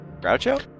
Groucho